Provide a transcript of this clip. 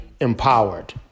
empowered